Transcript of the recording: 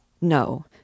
No